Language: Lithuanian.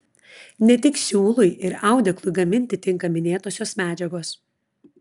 ne tik siūlui ir audeklui gaminti tinka minėtosios medžiagos